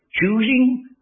choosing